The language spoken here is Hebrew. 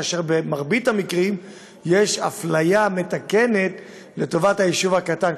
ובמרבית המקרים יש אפליה מתקנת לטובת היישוב הקטן.